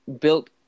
built